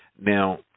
Now